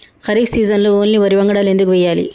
ఖరీఫ్ సీజన్లో ఓన్లీ వరి వంగడాలు ఎందుకు వేయాలి?